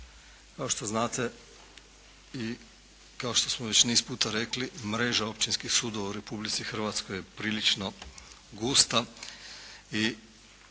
Kao što znate i kao što smo već niz puta rekli, mreža općinskih sudova u Republici Hrvatskoj je prilično gusta